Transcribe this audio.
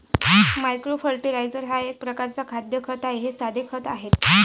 micro fertiliser हा एक प्रकारचा खाद्य खत आहे हे साधे खते आहेत